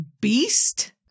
Beast